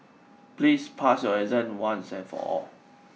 please pass your exam once and for all